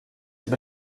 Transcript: über